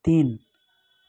तिन